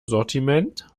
sortiment